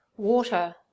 water